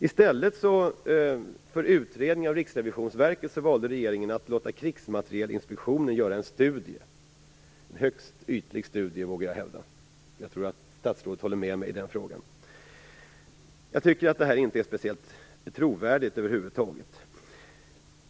I stället för en utredning av Riksrevisionsverket valde regeringen att låta Krigsmaterielinspektionen göra en studie, en högst ytlig studie, vågar jag hävda, och jag tror att statsrådet håller med mig om det. Det här är inte speciellt trovärdigt över huvud taget.